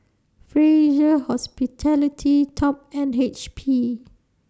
Fraser Hospitality Top and H P